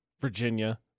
Virginia